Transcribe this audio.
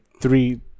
three